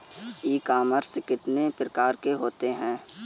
ई commerce कितने प्रकार के होते हैं?